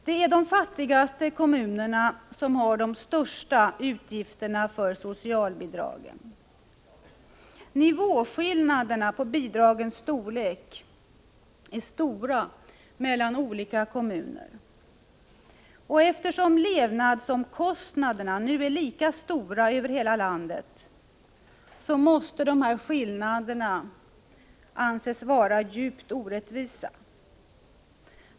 Det är de fattigaste kommunerna som har de största utgifterna för socialbidragen. Nivåskillnaderna på bidragen är stora mellan olika kommuner. Eftersom levnadsomkostnaderna nu är lika höga över hela landet måste dessa skillnader anses vara djupt orättvisa.